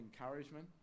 encouragement